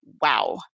wow